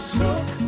took